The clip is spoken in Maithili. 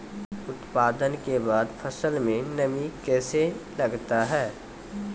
उत्पादन के बाद फसल मे नमी कैसे लगता हैं?